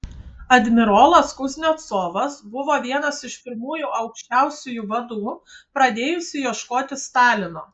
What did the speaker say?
admirolas kuznecovas buvo vienas iš pirmųjų aukščiausiųjų vadų pradėjusių ieškoti stalino